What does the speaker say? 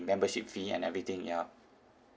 membership fee and everything ya